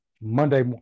Monday